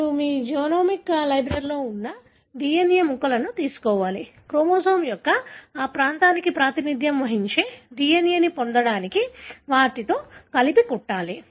మీరు మీ జెనోమిక్ లైబ్రరీలో ఉన్న DNA ముక్కలను తీసుకోవాలి క్రోమోజోమ్ యొక్క ఆ ప్రాంతానికి ప్రాతినిధ్యం వహించే DNA ని పొందడానికి వాటిని కలిపి కుట్టాలి